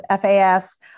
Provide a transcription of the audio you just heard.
FAS